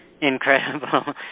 incredible